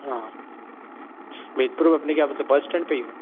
हाँ महिदपुर में अपने क्या मतलब बस इस्टैंड पर ही हूँ